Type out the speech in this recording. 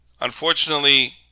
Unfortunately